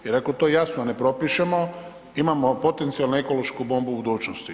Jer ako to jasno ne propišemo imamo potencijalu ekološku bombu budućnosti.